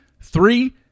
Three